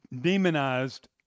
demonized